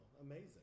amazing